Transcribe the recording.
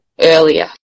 earlier